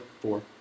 four